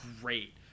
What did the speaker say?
great